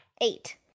Eight